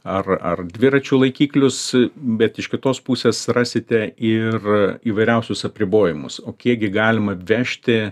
ar ar dviračių laikiklius bet iš kitos pusės rasite ir įvairiausius apribojimus o kiekgi galima vežti